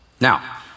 Now